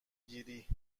گیری